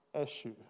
issue